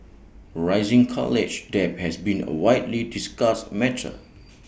rising college debt has been A widely discussed matter